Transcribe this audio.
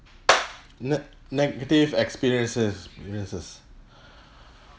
ne~ negative experiences experiences